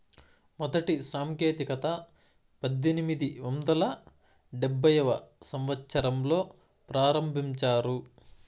మొదటి సాంకేతికత పద్దెనిమిది వందల డెబ్భైవ సంవచ్చరంలో ప్రారంభించారు